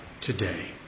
today